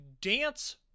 dance